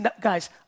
guys